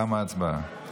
תמה ההצבעה.